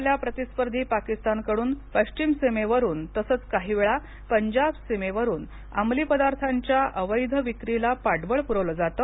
आपल्या प्रतिस्पर्धी पाकिस्तान कडून पश्चिम सीमेवरून तसेच काही वेळा पंजाब सीमेवरून अंमली पदार्थांच्या अवैध विक्रीला पाठबळ पुरवलंजातं